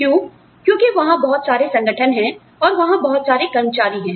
क्यों क्योंकि वहां बहुत सारे संगठन हैं और वहां बहुत सारे कर्मचारी हैं